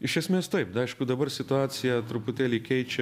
iš esmės taip na aišku dabar situaciją truputėlį keičia